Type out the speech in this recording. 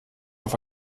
auf